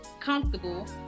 comfortable